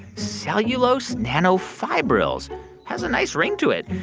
cellulose nanofibrils has a nice ring to it.